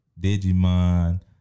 Digimon